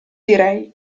direi